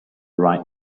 right